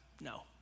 No